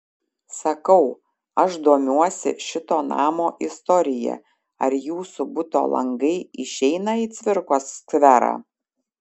sakau aš domiuosi šito namo istorija ar jūsų buto langai išeina į cvirkos skverą